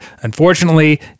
unfortunately